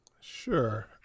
Sure